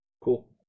Cool